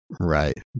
Right